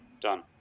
Done